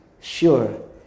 sure